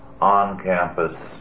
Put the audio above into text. on-campus